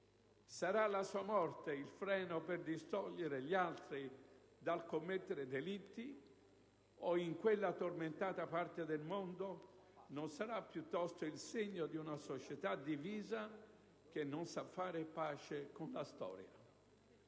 Sarà la sua morte il freno per distogliere gli altri dal commettere delitti o, in quella tormentata parte del mondo, non sarà piuttosto il segno di una società divisa, che non sa fare pace con la storia?